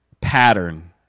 pattern